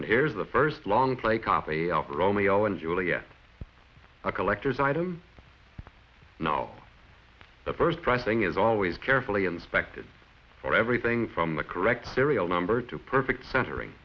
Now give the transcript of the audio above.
and here's the first long play copy of romeo and juliet a collector's item no the first pressing is always carefully inspected for everything from the correct serial number to perfect cent